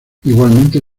igualmente